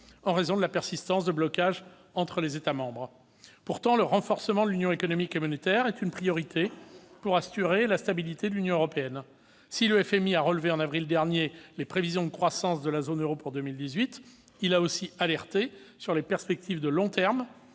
en raison de la persistance de blocages entre les États membres. Pourtant, le renforcement de l'union économique et monétaire est une priorité pour assurer la stabilité de l'Union européenne. Si le Fonds monétaire international, ou FMI, a relevé en avril dernier les prévisions de croissance de la zone euro pour 2018, il a aussi alerté sur les perspectives de long terme,